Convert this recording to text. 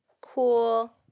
cool